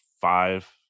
five